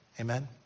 Amen